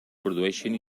produïxen